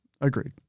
Agreed